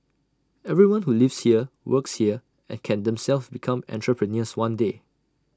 everyone who lives here works here and can themselves become entrepreneurs one day